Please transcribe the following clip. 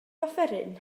offeryn